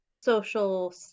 social